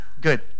good